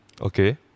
Okay